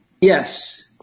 Yes